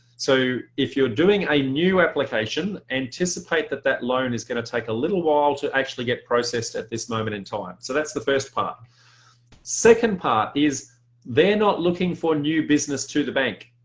so if you're doing a new application, anticipate that that loan is going to take a little while to actually get processed at this moment in time. so that's the first part second part is they're not looking for new business to the bank,